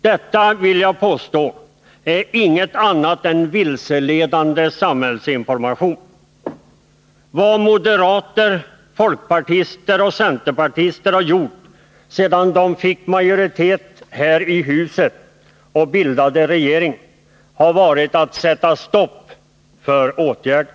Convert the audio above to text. Detta, vill jag påstå, är inget annat än vilseledande samhällsinformation. Vad moderater, folkpartister och centerpartister har gjort, sedan de fick majoritet här i huset och bildade regering, har varit att sätta stopp för åtgärder.